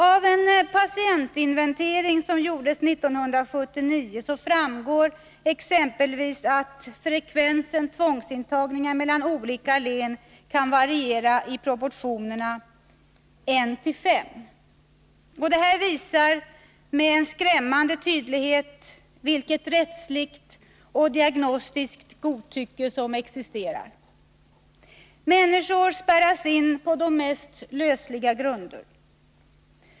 Av en patientinventering från 1979 framgår exempelvis att frekvensen tvångsintagningar i olika län kan variera i proportionerna 1 till 5. Detta visar med skrämmande tydlighet vilket rättsligt och diagnostiskt godtycke som existerar. Människor inspärras på de mest lösliga grunder.